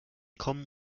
kommen